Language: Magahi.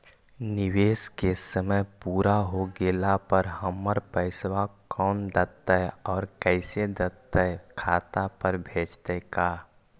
निवेश के समय पुरा हो गेला पर हमर पैसबा कोन देतै और कैसे देतै खाता पर भेजतै का?